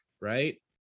right